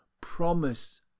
promise